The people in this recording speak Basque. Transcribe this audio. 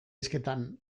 hizketan